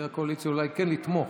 את הקואליציה אולי כן לתמוך.